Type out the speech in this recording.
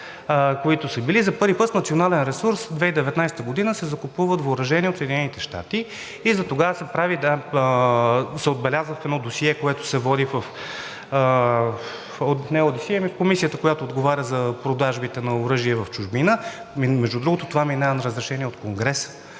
които са били. За първи път с национален ресурс през 2019 г. се закупуват въоръжения от Съединените щати, и тогава се отбелязва в едно досие, което се води в комисията, която отговаря за продажбите на оръжие в чужбина. Между другото, това минава през разрешение на Конгреса